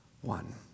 one